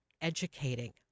educating